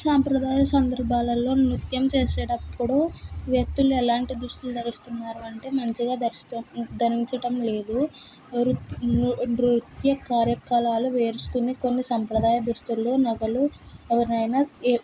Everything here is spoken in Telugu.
సాంప్రదాయ సందర్భాలలో నృత్యం చేసేటప్పుడు వ్యక్తులు ఎలాంటి దుస్తులు ధరిస్తున్నారు అంటే మంచిగా ధరిస్తు ధరించటం లేదు నృ నృత్య నృత్య కార్యకలాలు వేసుకునే కొన్ని సాంప్రదాయ దుస్తులు నగలు ఎవరినైనా